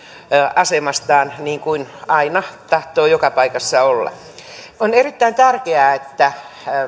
asemastaan niin kuin aina tahtoo joka paikassa olla on erittäin tärkeää että